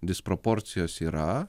disproporcijos yra